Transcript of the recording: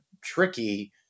tricky